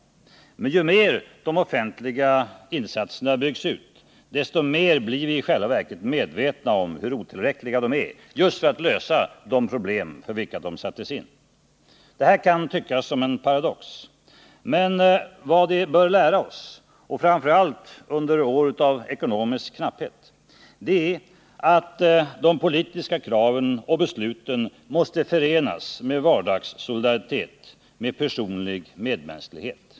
Men ju mer de offentliga insatserna byggts ut, desto mer blir vi i själva verket medvetna om hur otillräckliga de är just för att lösa de problem för vilka de sattes in. Det här kan tyckas som en paradox. Men vad det bör lära oss — och framför allt under år av ekonomisk knapphet — det är att de politiska kraven och besluten måste förenas med vardagssolidaritet, med personlig medmänsklighet.